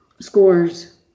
scores